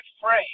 frame